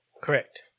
Correct